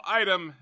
item